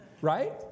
right